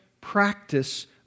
practice